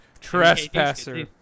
Trespasser